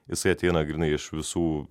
jisai ateina grynai iš visų